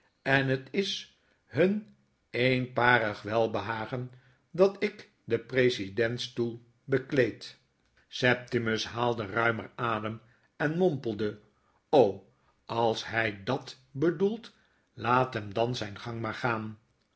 en het is hun eenparig welbehagen dat ik den presidentenstoel bekleed septimus haalde ruimer adem en mompelde als hij dat bedoelt laat hem dan zp gang maar gaan